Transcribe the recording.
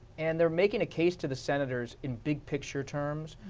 and they're making a case to the senators in big picture terms.